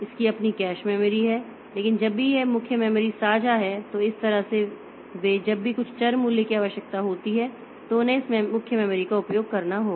इसकी अपनी cache memory है लेकिन जब भी यह मुख्य मेमोरी साझा है तो इस तरह से वे जब भी कुछ चर मूल्य की आवश्यकता होती है तो उन्हें इस मुख्य मेमोरी का उपयोग करना होगा